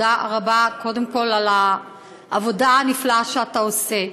תודה רבה קודם כול על העבודה הנפלאה שאתה עושה.